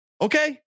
Okay